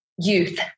youth